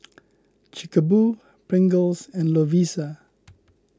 Chic Boo Pringles and Lovisa